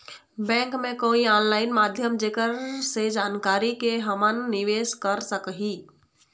Bank के कोई online माध्यम जेकर से जानकारी के के हमन निवेस कर सकही?